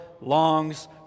longs